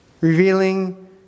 revealing